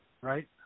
Right